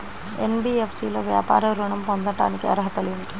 NBFC లో వ్యాపార ఋణం పొందటానికి అర్హతలు ఏమిటీ?